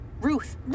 Ruth